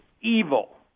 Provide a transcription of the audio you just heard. evil